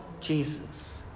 Jesus